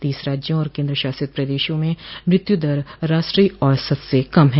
तीस राज्यों और केन्द्रशासित प्रदेशों में मृत्यु दर राष्ट्रीय औसत से कम है